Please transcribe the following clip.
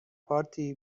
پارتی